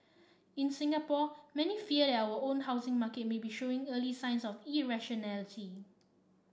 in Singapore many fear that our own housing market may be showing early signs of irrationality